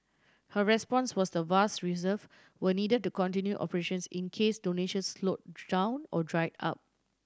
her response was the vast reserve were need to continue operations in case donations slow down or dried up